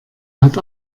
hat